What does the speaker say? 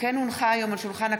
מיקי לוי,